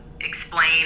explain